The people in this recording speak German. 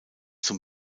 zum